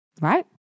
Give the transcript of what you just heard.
right